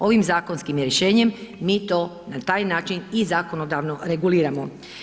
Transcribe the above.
Ovim zakonskim rješenjem mi to na taj način i zakonodavno reguliramo.